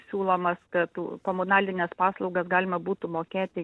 siūlomas kad komunalines paslaugas galima būtų mokėti